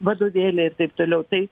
vadovėliai ir taip toliau tai